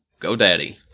GoDaddy